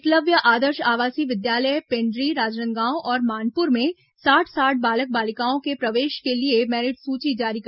एकलव्य आदर्श आवासीय विद्यालय पेन्ड्री राजनांदगांव और मानपुर में साठ साठ बालक बालिकाओं के प्रवेश के लिए मेरिट सूची जारी कर दी गई है